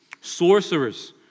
Sorcerers